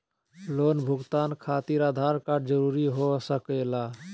Loan भुगतान खातिर Aadhaar card जरूरी हो सके ला?